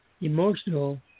emotional